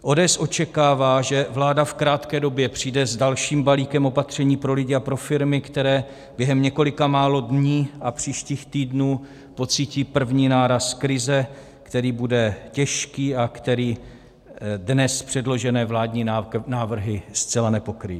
ODS očekává, že vláda v krátké době přijde s dalším balíkem opatření pro lidi a pro firmy, které během několika málo dní a příštích týdnů pocítí první náraz krize, který bude těžký a který dnes předložené vládní návrhy zcela nepokryjí.